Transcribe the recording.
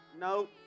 no